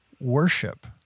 worship